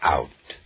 Out